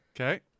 Okay